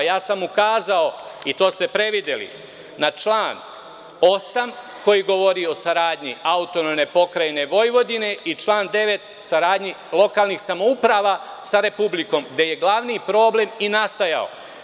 Ja sam ukazao i to ste prevideli, na član 8. koji govori o saradnji AP Vojvodine i član 9. saradnji lokalnih samouprava sa Republikom, gde je glavni problem i nastajao.